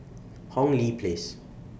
Hong Lee Place